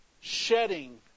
shedding